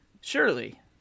Surely